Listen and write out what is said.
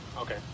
Okay